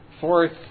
Fourth